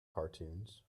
cartoons